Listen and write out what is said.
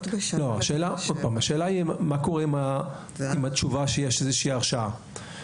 השאלה היא מה קורה עם התשובה כשיש איזושהי הרשעה,